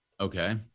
Okay